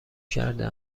کرده